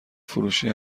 فروشی